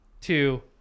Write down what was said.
two